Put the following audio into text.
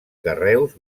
carreus